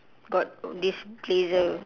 got this blazer